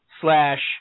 slash